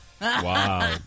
Wow